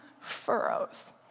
furrows